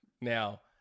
now